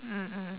mm mm